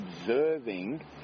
observing